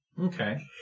Okay